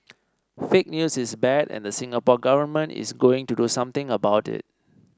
fake news is bad and the Singapore Government is going to do something about it